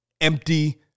Empty